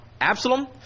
Absalom